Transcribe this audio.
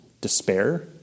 despair